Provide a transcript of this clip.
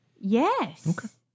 Yes